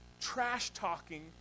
trash-talking